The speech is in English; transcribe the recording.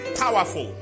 powerful